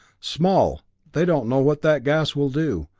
small! they don't know what that gas will do!